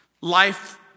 life